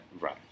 right